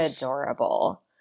adorable